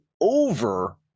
over